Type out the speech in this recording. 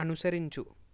అనుసరించు